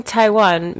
Taiwan